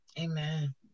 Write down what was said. Amen